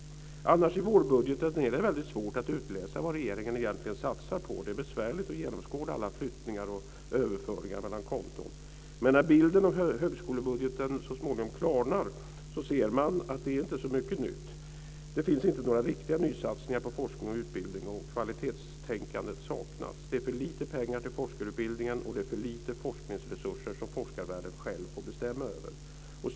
Annars är det väldigt svårt att i vårbudgeten utläsa vad regeringen egentligen satsar på. Det är besvärligt att genomskåda alla flyttningar och överföringar mellan konton. Men när bilden av högskolebudgeten så småningom klarnar ser man att det inte är så mycket nytt. Det finns inte några riktiga nysatsningar på forskning och utbildning, och kvalitetstänkandet saknas. Det är för lite pengar till forskarutbildningen, och det är för lite forskningsresurser som forskarvärlden själv får bestämma över.